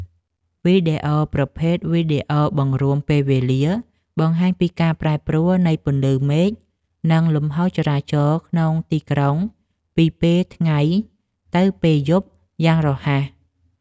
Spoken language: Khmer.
វីដេអូប្រភេទ វីដេអូបង្រួមពេលវេលា បង្ហាញពីការប្រែប្រួលនៃពន្លឺមេឃ និងលំហូរចរាចរណ៍ក្នុងទីក្រុងពីពេលថ្ងៃទៅពេលយប់យ៉ាងរហ័ស។